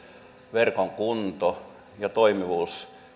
verkon kunto ja toimivuus